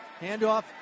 Handoff